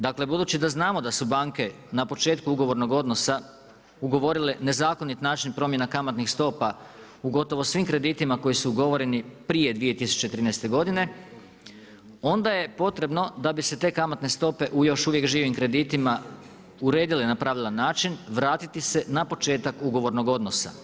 Dakle buduće da znamo da su banke na početku ugovornog odnosa ugovorile nezakonit način promjene kamatnih stopa u gotovo svim kreditima koji su ugovoreni prije 2013. godine, onda je potrebno da bi se te kamatne stope, u još uvijek u živim kreditima uredile na pravilan način, vratiti se na početak ugovornog odnosa.